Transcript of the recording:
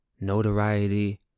notoriety